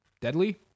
deadly